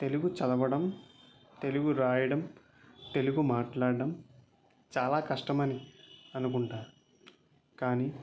తెలుగు చదవడం తెలుగు రాయడం తెలుగు మాట్లాడటం చాలా కష్టమని అనుకుంటారు కానీ